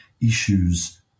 issues